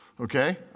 okay